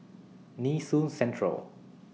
Nee Soon Central